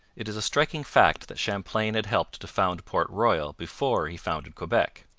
it is a striking fact that champlain had helped to found port royal before he founded quebec.